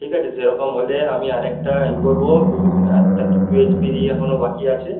ঠিক আছে সেরকম হলে আমি আর একটা ইয়ে করব দু একটা টু এইচ পির ইয়ে এখনও বাকি আছে